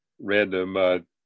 random